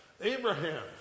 Abraham